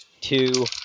Two